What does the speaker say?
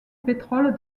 pétrole